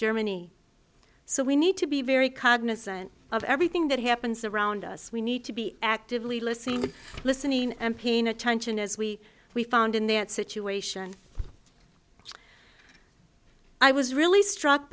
germany so we need to be very cognizant of everything that happens around us we need to be actively listening listening and paying attention as we we found in that situation i was really struck